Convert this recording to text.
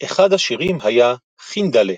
אחד השירים היה "חינדהלה",